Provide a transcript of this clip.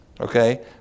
Okay